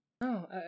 No